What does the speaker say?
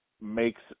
makes